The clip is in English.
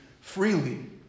freely